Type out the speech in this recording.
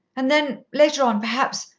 and then, later on, perhaps,